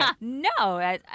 No